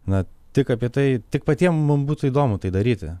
na tik apie tai tik patiem mum būtų įdomu tai daryti